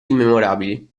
immemorabili